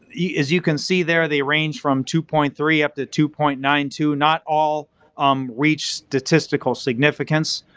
yeah as you can see there, they range from two point three up to two point nine two, not all um reach statistical significance.